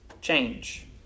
change